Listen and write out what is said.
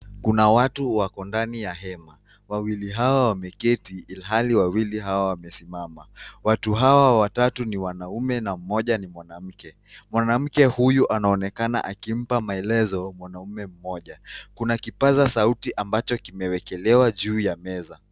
Kuna watu wako ndani ya hema, wawili hawa wameketi ilhali wawili hawa wamesimama. Watu hawa watatu ni wanaume na mmoja ni mwanamke. Mwanamke huyu anaonekana akimpa maelezo mwanaume mmoja. Kuna kipaza sauti ambacho kimewekelewa juu ya meza.